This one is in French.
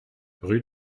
rue